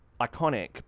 iconic